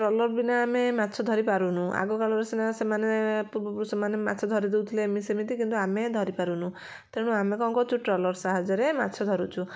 trawler ବିନା ଆମେ ମାଛ ଧରି ପାରୁନୁ ଆଗକାଳରେ ସିନା ସେମାନେ ପୂର୍ବ ପୁରୁଷମାନେ ମାଛ ଧରି ଦଉଥିଲେ ଏମିତି ସେମିତି କିନ୍ତୁ ଆମେ ଧରି ପାରୁନୁ ତେଣୁ ଆମେ କ'ଣ କରୁଛୁ ଟ୍ରଲର ସାହାଯ୍ୟରେ ମାଛ ଧରୁଛୁ